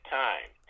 time